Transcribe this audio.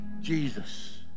Jesus